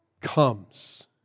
comes